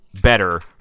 better